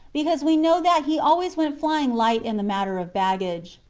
because we know that he always went flying light in the matter of baggage.